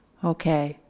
okay.